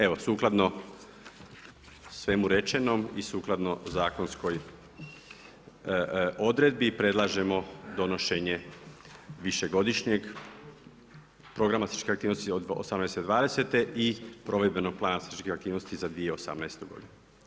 Evo, sukladno svemu rečenom i sukladno zakonskoj odredbi, predlažemo donošenje višegodišnjeg programa statističke aktivnosti od '18.-'20. i Provedbenog plana statističkih aktivnosti za 2018. godinu.